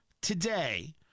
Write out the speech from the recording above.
today